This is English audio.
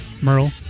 Merle